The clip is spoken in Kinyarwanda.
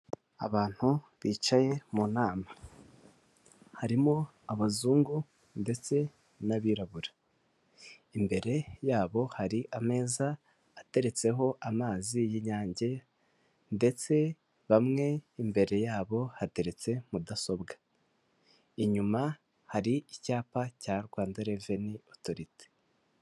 Abantu bicaye mu nama, harimo abazungu ndetse n'abirabura, imbere yabo hari ameza ateretseho amazi y'Inyange ndetse bamwe imbere yabo hateretse mudasobwa. Inyuma hari icyapa cya Rwanda Reveni Otoriti.